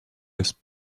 his